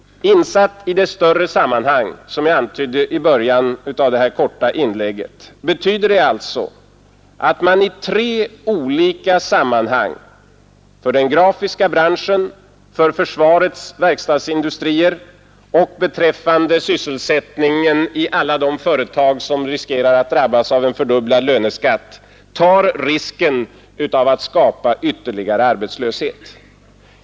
Insatt i det större sammanhang som jag antydde i början av detta korta inlägg betyder det alltså, att man i tre olika sammanhang — för den grafiska branschen, för försvarets verkstadsindustrier och beträffande sysselsättningen i alla de företag som riskerar att drabbas av en fördubblad löneskatt — tar risken av att skapa ytterligare arbetslöshet.